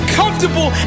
comfortable